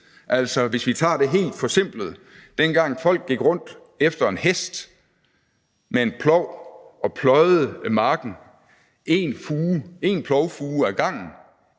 Altså, hvis vi tager det helt forsimplede, nemlig at dengang folk gik bag efter en hest med en plov og pløjede marken en plovfure ad gangen,